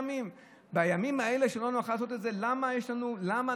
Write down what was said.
שנחקק בימי ממשלת רבין,